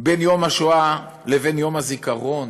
בין יום השואה לבין יום הזיכרון,